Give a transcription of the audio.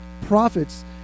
prophets